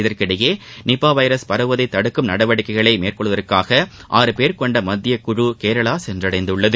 இதற்கிடையே நிபா வைரஸ் பரவுவதைத் தடுக்கும் நடவடிக்கைகளை மேற்கொள்வதற்காக ஆறு பேர் கொண்ட மத்தியக் குழு கேரளா சென்றடைந்துள்ளது